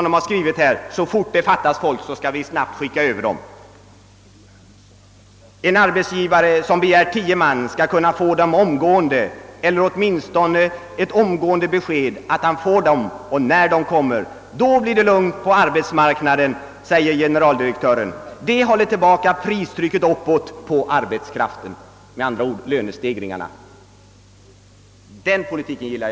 Det har stått att läsa i tidningen Arbetsgivaren, nr 2 1964: »En arbetsgivare som begär tio man skall kunna få dem omgående eller åtminstone ett omgående besked att han får dem och när de kommer. Då blir det lugnt på arbetsmarknaden, säger generaldirektör Olsson; det håller tillbaka pristrycket uppåt på arbetskraften.» Lönestegringarna skall, med andra ord bromsas.